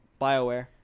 BioWare